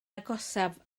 agosaf